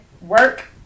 Work